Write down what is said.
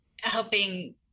helping